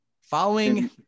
Following